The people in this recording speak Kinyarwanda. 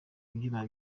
ibyuma